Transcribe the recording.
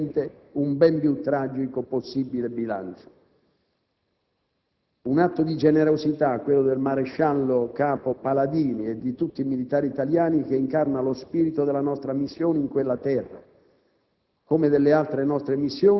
riducendo così sensibilmente un ben più tragico possibile bilancio. Un atto di generosità, quello del maresciallo capo Paladini e di tutti i militari italiani, che incarna lo spirito della nostra missione in quella terra,